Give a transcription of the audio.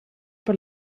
per